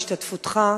בהשתתפותך,